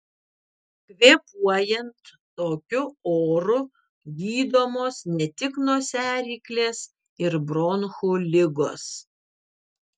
kvėpuojant tokiu oru gydomos ne tik nosiaryklės ir bronchų ligos